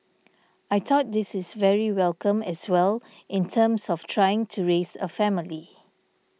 I thought this is very welcome as well in terms of trying to raise a family